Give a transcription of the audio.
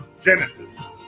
genesis